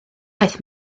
aeth